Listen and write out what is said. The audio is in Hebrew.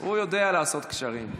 הוא יודע לעשות קשרים.